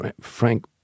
Frank